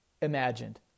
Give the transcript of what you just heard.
imagined